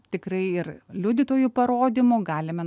tikrai ir liudytojų parodymų galime